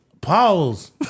Pause